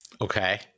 Okay